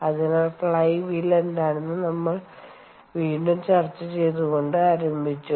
അതിനാൽ flywheel എന്താണെന്ന് നമ്മൾ വീണ്ടും ചർച്ച ചെയ്തുകൊണ്ട് ആരംഭിച്ചു